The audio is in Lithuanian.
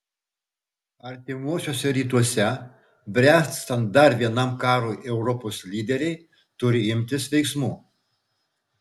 artimuosiuose rytuose bręstant dar vienam karui europos lyderiai turi imtis veiksmų